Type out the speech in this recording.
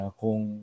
kung